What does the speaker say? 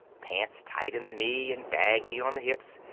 pants tight in the knee and baggy on the hips.